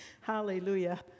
Hallelujah